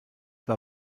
war